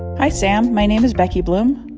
hi, sam. my name is becky bloom.